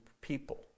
people